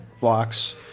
blocks